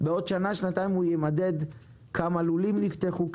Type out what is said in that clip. בעוד שנה שנתיים הוא יימדד כמה לולים נפתחו,